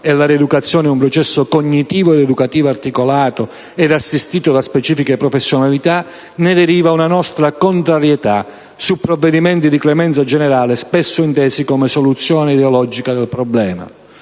e la rieducazione è un processo cognitivo ed educativo articolato ed assistito da specifiche professionalità, ne deriva una nostra contrarietà a provvedimenti di clemenza generale spesso intesi come soluzione ideologica del problema.